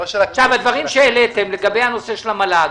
הדברים שהעליתם לגבי הנושא של המל"ג